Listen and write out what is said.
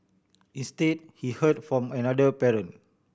instead he heard from another parent